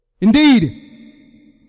Indeed